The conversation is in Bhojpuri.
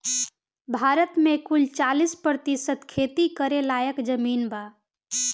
भारत मे कुल चालीस प्रतिशत खेती करे लायक जमीन बा